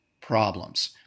problems